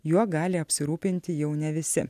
juo gali apsirūpinti jau ne visi